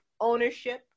ownership